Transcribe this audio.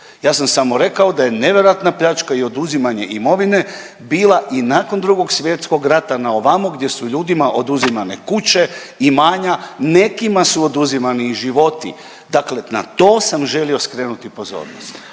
Ja sam samo rekao da je nevjerojatna pljačka i oduzimanje imovine bila i nakon Drugog svjetskog rata na ovamo gdje su ljudima oduzimane kuće, imanja, nekima su oduzimani i životi. Dakle, na to sam želio skrenuti pozornost.